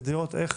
כדי לראות איך